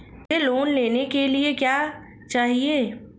मुझे लोन लेने के लिए क्या चाहिए?